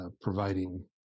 providing